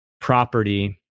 property